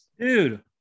Dude